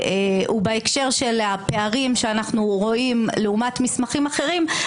ובהקשר של הפערים שאנחנו רואים לעומת מסמכים אחרים,